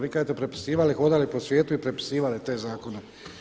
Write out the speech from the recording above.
Vi kad ste prepisivali, hodali po svijetu i prepisivali te zakone.